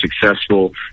successful